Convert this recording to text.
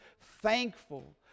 thankful